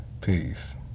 Peace